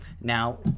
now